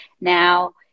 now